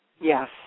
Yes